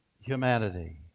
Humanity